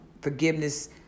forgiveness